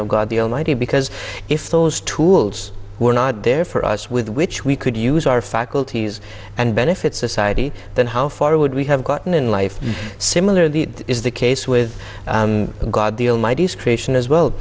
of god the almighty because if those tools were not there for us with which we could use our faculties and benefit society then how far would we have gotten in life similar the is the case with